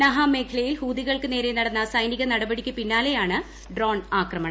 നഹാം മേഖലയിൽ ഹൂതികൾക്ക് ്നേരെ നടന്ന സൈനിക നടപടിക്ക് പിന്നാലെയാണ് ഡ്രോൺ ആക്രമണം